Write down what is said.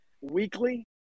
weekly